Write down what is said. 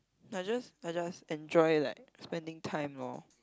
I just I just enjoy like spending time lor